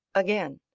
again